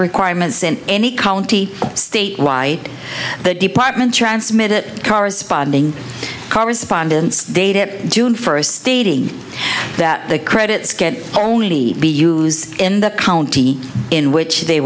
requirements in any county state wide the department transmitted corresponding correspondence dated june first stating that the credits can only be used in the county in which they